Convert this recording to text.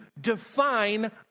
define